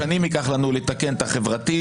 ייקח לנו שנים לתקן את המצב החברתי,